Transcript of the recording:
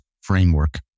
framework